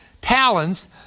talons